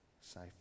safe